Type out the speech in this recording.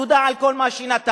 תודה על כל מה שנתת".